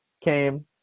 came